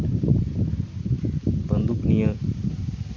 ᱵᱟᱱᱫᱩᱠ ᱱᱤᱭᱟᱹ